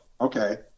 okay